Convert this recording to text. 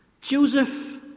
Joseph